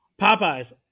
Popeyes